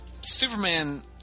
Superman